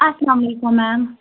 السلامُ علیکم میم